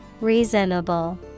reasonable